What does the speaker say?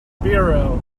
biro